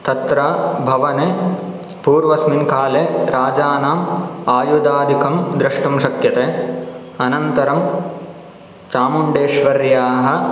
तत्र भवने पूर्वस्मिन् काले राजानाम् आयुधादिकं दृष्टुं शक्यते अनन्तरं चामुण्डेश्वर्याः